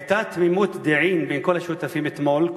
היתה תמימות דעים בין כל השותפים אתמול,